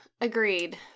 agreed